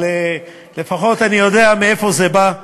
אבל לפחות אני יודע מאיפה זה בא,